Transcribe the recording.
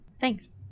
Thanks